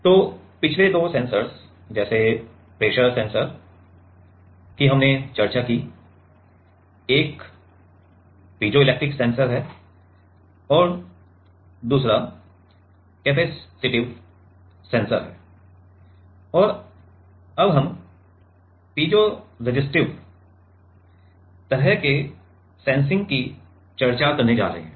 तो पिछले दो सेंसर जैसे प्रेशर सेंसर की हमने चर्चा की एक है पीजो इलेक्ट्रिक सेंसर और दूसरा कैपेसिटिव सेंसर है और अब हम पीजोरेसिस्टिव तरह के सेंसिंग की चर्चा करने जा रहे हैं